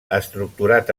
estructurat